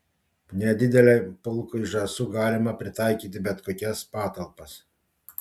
nedideliam pulkui žąsų galima pritaikyti bet kokias patalpas